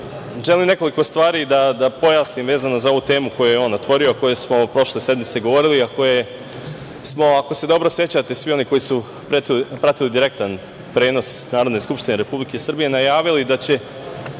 nekoliko stvari da pojasnim vezano za ovu temu koju je on otvorio, a o kojoj smo prošle sednice govorili, na kojoj smo, ako se dobro sećate, svi oni koji su pratili direktan prenos Narodne skupštine Republike Srbije, najavili da će